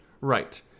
Right